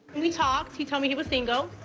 we talked, he told me he was single.